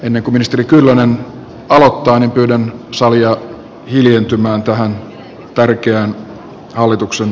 enneko ministeri kyllönen oli toinen kylän savi ja hiljentymään tähän tärkeään hallituksen